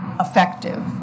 effective